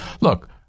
Look